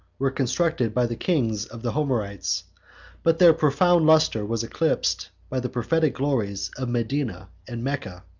were constructed by the kings of the homerites but their profane lustre was eclipsed by the prophetic glories of medina and mecca,